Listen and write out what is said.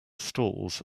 stalls